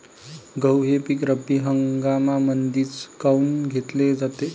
गहू हे पिक रब्बी हंगामामंदीच काऊन घेतले जाते?